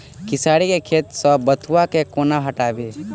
खेसारी केँ खेत सऽ बथुआ केँ कोना हटाबी